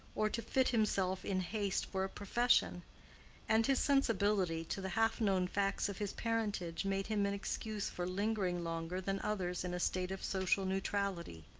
or to fit himself in haste for a profession and his sensibility to the half-known facts of his parentage made him an excuse for lingering longer than others in a state of social neutrality.